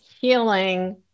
healing